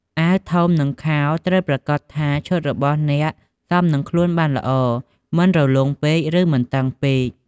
អាវធំ និងខោត្រូវប្រាកដថាឈុតរបស់អ្នកសមនឹងខ្លួនបានល្អ មិនរលុងពេក ឬមិនតឹងពេក។